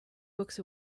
books